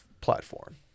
platform